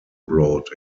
brought